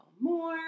more